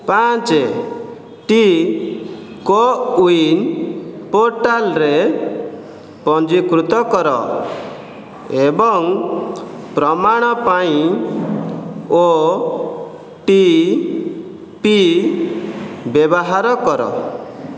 ପାଞ୍ଚୋଟି କୋ ୱିନ୍ ପୋର୍ଟାଲରେ ପଞ୍ଜୀକୃତ କର ଏବଂ ପ୍ରମାଣ ପାଇଁ ଓ ଟି ପି ବ୍ୟବହାର କର